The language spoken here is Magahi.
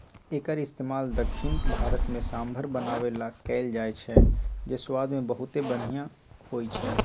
एक्कर इस्तेमाल दख्खिन भारत में सांभर बनावे ला कएल जाई छई जे स्वाद मे बहुते बनिहा होई छई